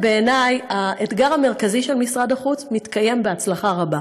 בעיני האתגר המרכזי של משרד החוץ מתקיים בהצלחה רבה.